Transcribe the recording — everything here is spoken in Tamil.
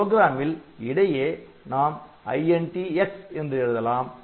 ஒரு ப்ரோக்ராமில் இடையே நாம் INT x என்று எழுதலாம்